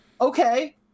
okay